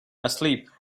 asleep